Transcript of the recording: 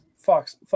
Fox